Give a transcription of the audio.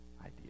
idea